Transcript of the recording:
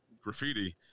graffiti